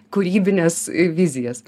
kūrybines vizijas